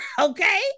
Okay